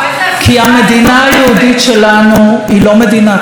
כי המדינה היהודית שלנו היא לא מדינת הלכה.